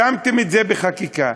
שמתם את זה בחקיקה,